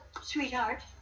sweetheart